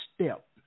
step